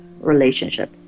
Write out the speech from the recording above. relationship